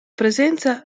presenza